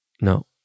No